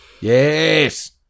Yes